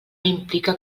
implica